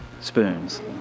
spoons